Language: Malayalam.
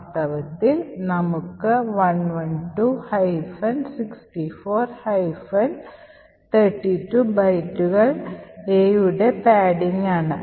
വാസ്തവത്തിൽ നമുക്ക് 112 64 32 ബൈറ്റുകൾ എ യുടെ പാഡിംഗ് ആണ്